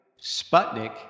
Sputnik